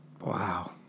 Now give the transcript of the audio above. wow